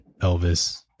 Elvis